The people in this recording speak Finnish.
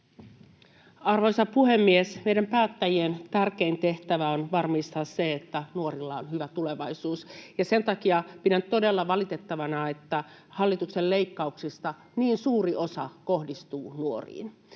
Arvoisa puhemies! Meidän päättäjien tärkein tehtävä on varmistaa se, että nuorilla on hyvä tulevaisuus, ja sen takia pidän todella valitettavana, että hallituksen leikkauksista niin suuri osa kohdistuu nuoriin.